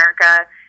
America